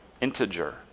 Integer